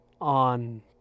on